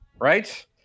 right